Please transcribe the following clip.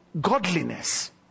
godliness